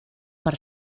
per